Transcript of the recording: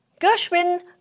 Gershwin